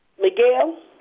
Miguel